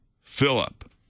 Philip